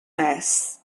mass